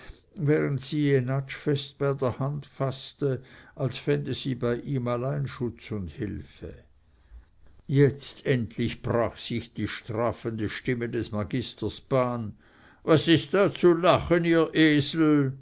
während sie jenatsch fest bei der hand faßte als fände sie bei ihm allein schutz und hilfe jetzt endlich brach sich die strafende stimme des magisters bahn was ist da zu lachen ihr esel